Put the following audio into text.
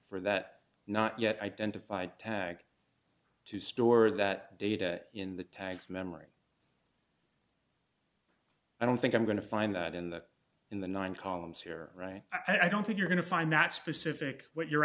for that not yet identified tag to store that data in the tags memory i don't think i'm going to find that in the in the nine columns here right i don't think you're going to find that specific what you're